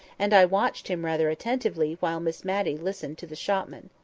and i watched him rather attentively while miss matty listened to the shopman.